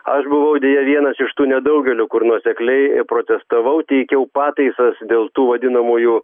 aš buvau deja vienas iš tų nedaugelio kur nuosekliai protestavau teikiau pataisas dėl tų vadinamųjų